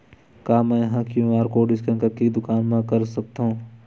का मैं ह क्यू.आर कोड स्कैन करके दुकान मा कर सकथव?